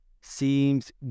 seems